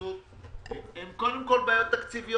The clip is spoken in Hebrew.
והתייחסות כי הן קודם כל בעיות תקציביות,